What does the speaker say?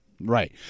right